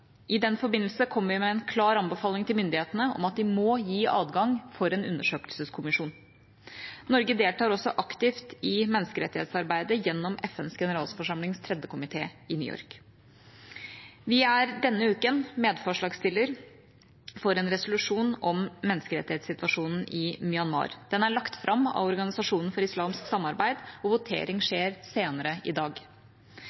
I den forbindelse kom vi med en klar anbefaling til myndighetene om at de må gi adgang for en undersøkelseskommisjon. Norge deltar også aktivt i menneskerettighetsarbeidet gjennom FNs generalforsamlings tredje komité i New York. Vi er denne uken medforslagsstiller til en resolusjon om menneskerettighetssituasjonen i Myanmar. Den er lagt fram av Organisasjonen for islamsk samarbeid, og votering